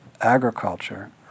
agriculture